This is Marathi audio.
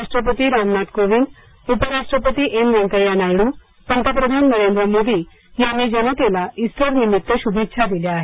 राष्ट्रपती रामनाथ कोविंद उपराष्ट्रपती एम व्यंकैया नायडू पंतप्रधान नरेंद्र मोदी यांनी जनतेला इस्टर निमित्त शुभेच्छा दिल्या आहेत